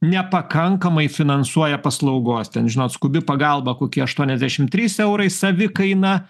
nepakankamai finansuoja paslaugos ten žinot skubi pagalba kokie aštuoniasdešimt trys eurai savikaina